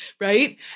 Right